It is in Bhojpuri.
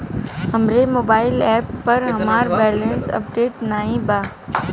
हमरे मोबाइल एप पर हमार बैलैंस अपडेट नाई बा